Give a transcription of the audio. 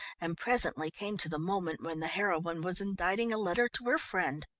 and presently came to the moment when the heroine was inditing a letter to her friend.